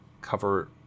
cover